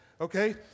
okay